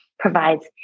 provides